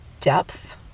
depth